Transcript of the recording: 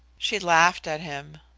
she laughed at him.